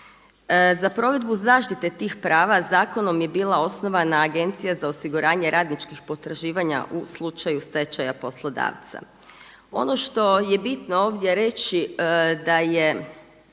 Za provedbu zaštite tih prava zakonom je bila osnovana Agencija za osiguranje radničkih potraživanja u slučaju stečaja poslodavca. Ono što je bitno ovdje reći da je